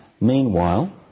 Meanwhile